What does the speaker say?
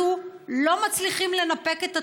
אנחנו לא מצליחים לנפק את התעודות,